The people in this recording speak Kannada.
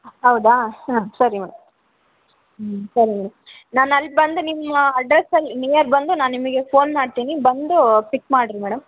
ಹೌದಾ ಹಾಂ ಸರಿ ಮೇಡಮ್ ಹ್ಞೂ ಸರಿ ಮೇಡಮ್ ನಾನು ಅಲ್ಲಿ ಬಂದು ನಿಮ್ಮ ಅಡ್ರಸ್ ಅಲ್ಲಿ ನಿಯರ್ ಬಂದು ನಾನು ನಿಮಗೆ ಫೋನ್ ಮಾಡ್ತೀನಿ ಬಂದು ಪಿಕ್ ಮಾಡಿರಿ ಮೇಡಮ್